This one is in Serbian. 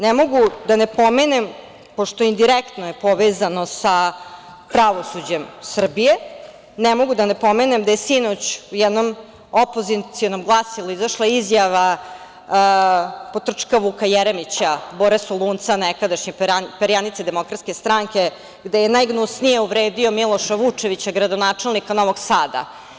Ne mogu da ne pomenem, pošto je indirektno povezano sa pravosuđem Srbije, ne mogu da ne pomenem da je sinoć u jednom opozicionom glasilu izašla izjava potrčka Vuka Jeremića, Bore Solunca nekadašnje perjanice DS, gde je najgnusnije uvredio Miloša Vučevića, gradonačelnika Novog Sada.